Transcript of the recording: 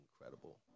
Incredible